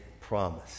promise